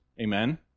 Amen